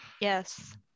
Yes